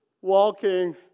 walking